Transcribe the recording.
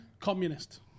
Communist